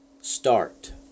Start